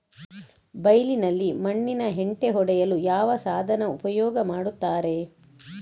ಬೈಲಿನಲ್ಲಿ ಮಣ್ಣಿನ ಹೆಂಟೆ ಒಡೆಯಲು ಯಾವ ಸಾಧನ ಉಪಯೋಗ ಮಾಡುತ್ತಾರೆ?